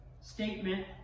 statement